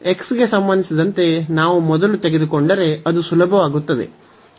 x ಗೆ ಸಂಬಂಧಿಸಿದಂತೆ ನಾವು ಮೊದಲು ತೆಗೆದುಕೊಂಡರೆ ಅದು ಸುಲಭವಾಗುತ್ತದೆ